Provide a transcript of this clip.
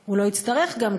מאוד שהוא לא יצטרך גם,